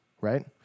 right